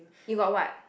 you got what